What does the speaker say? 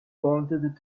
wanted